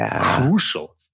crucial